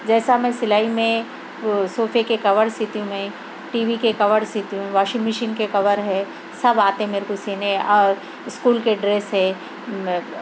جیسا میں سِلائی میں سوفے کے کور سِیتی ہوں میں ٹی وی کے کور سِیتی ہوں واشنگ مشین کے کور ہے سب آتے میرے کو سِینے اور اسکول کے ڈریس ہے